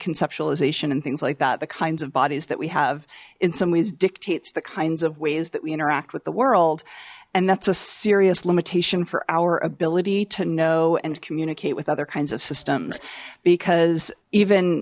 conceptualization and things like that the kinds of bodies that we have in some ways dictates the kinds of ways that we interact with the world and that's a serious limitation for our ability to know and communicate with other kinds of systems because even